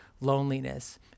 loneliness